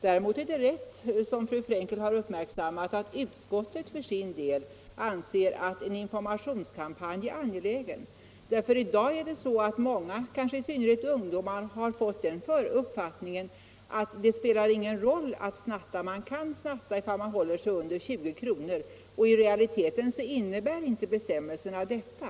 Däremot är det, som fru Frenkel har uppmärksammat, rätt att utskottet för sin del anser att en informationskampanj är angelägen. I dag har många, kanske i synnerhet ungdomar, fått den uppfattningen att det inte spelar någon roll om man snattar, bara man håller sig under 20 kr. I realiteten innebär inte bestämmelserna detta.